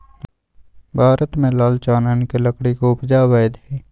भारत में लाल चानन के लकड़ी के उपजा अवैध हइ